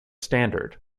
standard